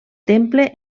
temple